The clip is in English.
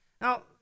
Now